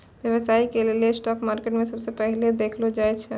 व्यवसाय के लेली स्टाक मार्केट के सबसे पहिलै देखलो जाय छै